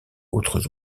autres